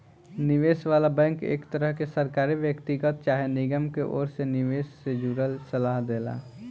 निवेश वाला बैंक एक तरह के सरकारी, व्यक्तिगत चाहे निगम के ओर से निवेश से जुड़ल सलाह देला